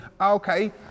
okay